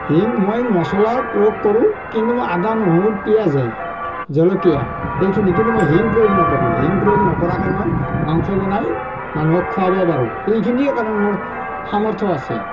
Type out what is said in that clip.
হিং মই মচলা প্ৰয়োগ কৰোঁ কিন্তু মই আদা নহৰু পিঁয়াজহে জলকীয়া সেইখিনি কিন্তু মই হিং প্ৰয়োগ নকৰোঁ হিং প্ৰয়োগ নকৰাকৈ মই মাংস বনাই মানুহক খুৱাব পাৰোঁ সেইখিনিয়ে তাৰমানে মোৰ সামৰ্থ আছে